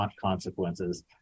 consequences